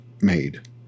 made